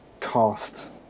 cast